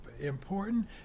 important